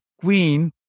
queen